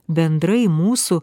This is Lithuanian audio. bendrai mūsų